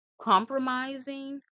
compromising